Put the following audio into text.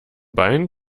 bein